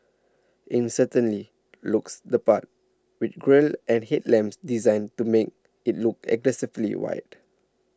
in certainly looks the part with grille and headlamps designed to make it look aggressively wide